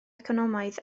economaidd